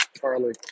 Charlie